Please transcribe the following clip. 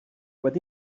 wedi